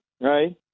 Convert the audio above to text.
right